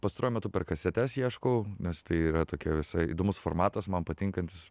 pastaruoju metu per kasetes ieškau nes tai yra tokia visai įdomus formatas man patinkantis